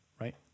right